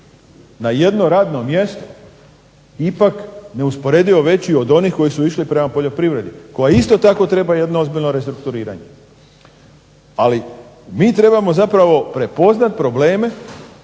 na jedno radno mjesto ipak neusporedivo veći od onih koji su išli prema poljoprivredi koja isto tako treba jedno ozbiljno restrukturiranje. Ali, mi trebamo zapravo prepoznati probleme,